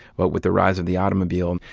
but with the rise of the automobile,